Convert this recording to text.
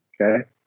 Okay